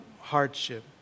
hardship